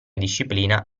disciplina